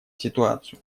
ситуацию